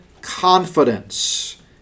confidence